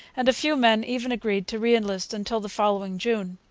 and a few men even agreed to re-enlist until the following june.